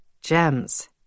gems